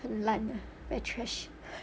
很烂 very trash